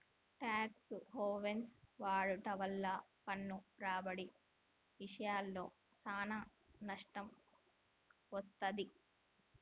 talks havens వాడుట వల్ల పన్ను రాబడి ఇశయంలో సానా నష్టం వత్తది